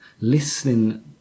listening